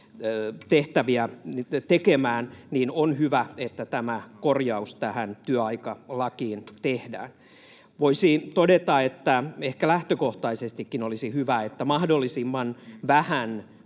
tehtäviä tekemään — niin on hyvä, että tämä korjaus tähän työaikalakiin tehdään. Voisi todeta, että ehkä lähtökohtaisestikin olisi hyvä, että mahdollisimman vähän